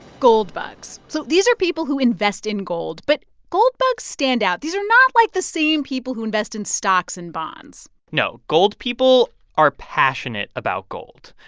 gold bugs so these are people who invest in gold. but gold bugs stand out. these are not like the same people who invest in stocks and bonds no, gold people are passionate about gold.